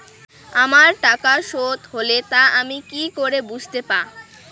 আমার টাকা শোধ হলে তা আমি কি করে বুঝতে পা?